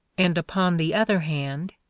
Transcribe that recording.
and upon the other hand,